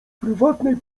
prywatnej